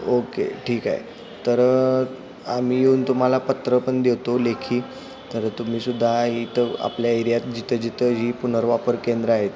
okay ठीक आहे तर आम्ही येऊन तुम्हाला पत्र पण देतो लेखी तर तुम्हीसुद्धा इथं आपल्या एरियात जिथं जिथं ही पुनर्वापर केंद्रं आहेत